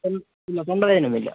ഇല്ല തൊണ്ട വേദനയൊന്നുമില്ല